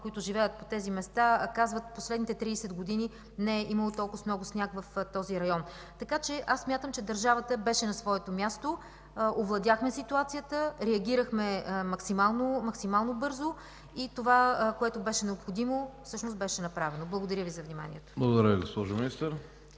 хората, живеещи по тези места, казват, че в последните 30 години не е имало толкова много сняг в този район. Аз смятам, че държавата беше на своето място, овладяхме ситуацията, реагирахме максимално бързо и това, което беше необходимо, всъщност беше направено. Благодаря Ви за вниманието. ПРЕДСЕДАТЕЛ КРАСИМИР